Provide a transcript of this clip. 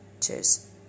Cheers